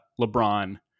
LeBron